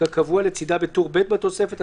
כקבוע לצדה בטור ב' בתוספת.